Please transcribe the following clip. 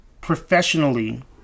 professionally